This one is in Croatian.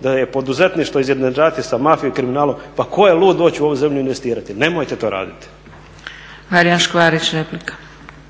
da je poduzetništvo izjednačeno sa mafijom i kriminalom pa koje je lud doći u ovu zemlju i investirati. Nemojte to raditi.